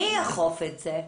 מי יאכוף את זה?